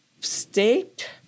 state